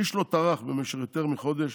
איש לא טרח במשך יותר מחודש